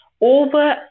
over